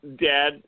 dad